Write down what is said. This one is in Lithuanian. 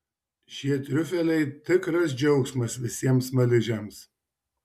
šie triufeliai tikras džiaugsmas visiems smaližiams